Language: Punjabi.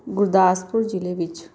ਗੁਰਦਾਸਪੁਰ ਜਿਲ੍ਹੇ ਵਿੱਚ